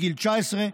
מגיל 19,